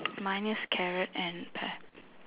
mine is carrot and pear